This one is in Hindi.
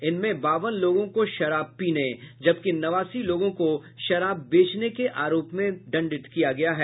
इनमें बावन लोगों को शराब पीने जबकि नवासी लोगों को शराब बेचने के आरोप में दंडित किया गया है